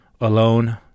alone